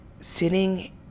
sitting